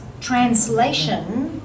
translation